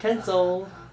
(uh huh)